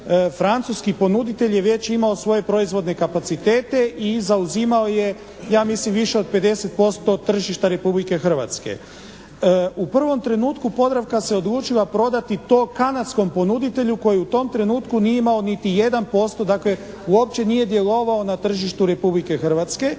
francuski ponuditelj je već imao svoje proizvodne kapacitete i zauzima je ja mislim više od 50% tržišta Republike Hrvatske. U prvom trenutku "Podravka" se odlučila prodati to kanadskom ponuditelju koji u tom trenutku nije imao niti 1%, dakle uopće nije djelovao na tržištu Republike Hrvatske,